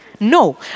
No